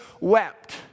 wept